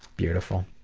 beautiful.